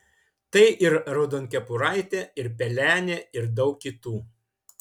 tai ir raudonkepuraitė ir pelenė ir daug kitų